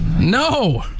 no